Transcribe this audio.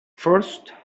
first